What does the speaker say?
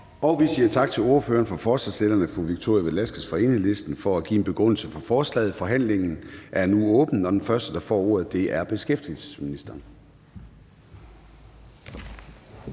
fru Victoria Velasquez fra Enhedslisten, for at give en begrundelse for forslaget. Forhandlingen er nu åbnet, og den første, der får ordet, er beskæftigelsesministeren.